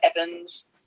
Evans